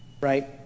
right